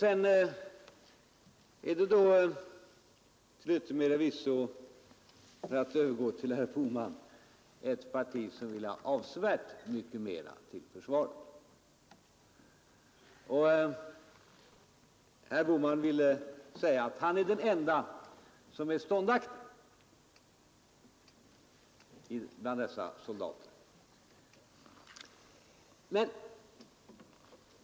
Sedan är det då till yttermera visso, för att övergå till herr Bohman, ett parti som vill ha avsevärt mycket mera pengar till försvaret. Herr Bohman ville hävda att han är den ende som är ståndaktig bland dessa soldater.